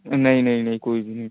नहीं नहीं नहीं कोई भी